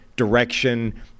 direction